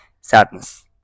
sadness